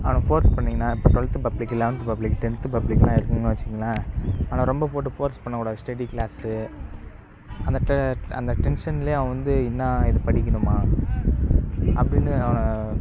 அவன ஃபோர்ஸ் பண்ணீங்கன்னால் இப்போது twelfth public eleventh public tenth பப்ளிக்லாம் இருக்குனு வச்சுக்கோங்களேன் அவனை ரொம்ப போட்டு ஃபோர்ஸ் பண்ணக் கூடாது ஸ்டெடி கிளாஸு அந்த டெ அந்த டெ டென்ஷன்லையே அவன் வந்து என்ன இது படிக்கணுமா அப்படின்னு அவனை